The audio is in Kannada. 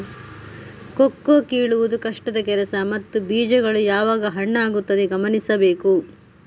ಕೋಕೋ ಕೀಳುವುದು ಕಷ್ಟದ ಕೆಲಸ ಮತ್ತು ಬೀಜಗಳು ಯಾವಾಗ ಹಣ್ಣಾಗುತ್ತವೆ ಗಮನಿಸಬೇಕು